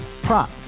Prop